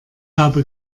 habe